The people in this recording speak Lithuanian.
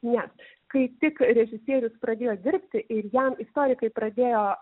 nes kai tik režisierius pradėjo dirbti ir jam istorikai pradėjo